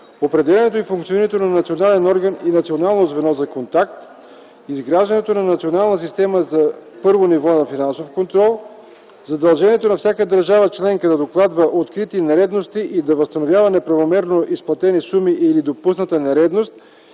определянето и функционирането на Национален орган и Национално звено за контакт; изграждането на Национална система за първо ниво на финансов контрол; задължението на всяка държава членка да докладва открити нередности и да възстановява неправомерно изплатени суми при допусната нередност